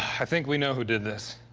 i think we know who did this.